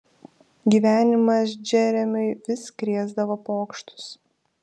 gyvenimas džeremiui vis krėsdavo pokštus